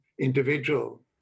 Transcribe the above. individual